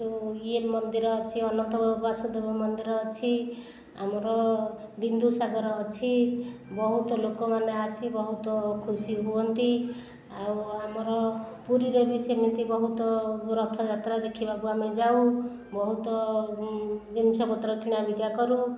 ଇଏ ମନ୍ଦିର ଅଛି ଅନନ୍ତ ବାସୁଦେବ ମନ୍ଦିର ଅଛି ଆମର ବିନ୍ଦୁସାଗର ଅଛି ବହୁତ ଲୋକମାନେ ଆସି ବହୁତ ଖୁସି ହୁଅନ୍ତି ଆଉ ଆମର ପୁରୀରେ ବି ସେମିତି ବହୁତ ରଥଯାତ୍ରା ଦେଖିବାକୁ ଆମେ ଯାଉ ବହୁତ ଜିନିଷପତ୍ର କିଣାବିକା କରୁ